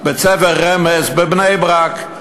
בית-ספר "רמז" בבני-ברק.